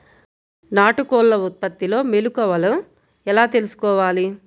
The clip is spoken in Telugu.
నాటుకోళ్ల ఉత్పత్తిలో మెలుకువలు ఎలా తెలుసుకోవాలి?